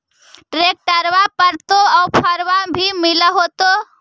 ट्रैक्टरबा पर तो ओफ्फरबा भी मिल होतै?